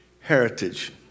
heritage